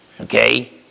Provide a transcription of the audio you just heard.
Okay